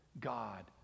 God